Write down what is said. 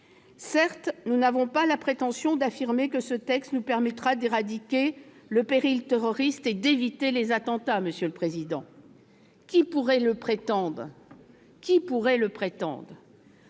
Certes, nous n'avons pas la prétention d'affirmer que ce texte nous permettra d'éradiquer le péril terroriste et d'éviter les attentats. Qui pourrait le prétendre ?